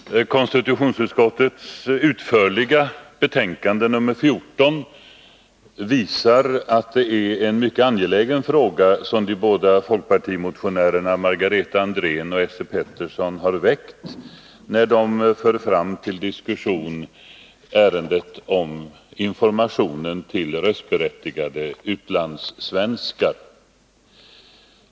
Fru talman! Konstitutionsutskottets utförliga betänkande nr 14 visar att det är en mycket angelägen fråga som de båda folkpartimotionärerna Margareta Andrén och Esse Petersson har väckt när de för fram till diskussion ärendet om informationen till röstberättigade utlandssvenskar.